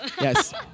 Yes